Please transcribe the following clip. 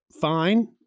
fine